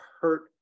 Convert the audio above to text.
hurt